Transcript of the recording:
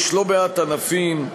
יש לא מעט ענפים,